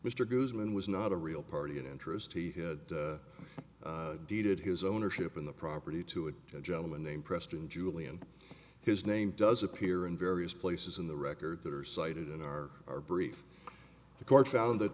goodman was not a real party in interest he had dated his ownership in the property to a gentleman named preston julian his name does appear in various places in the record that are cited in our our brief the court found that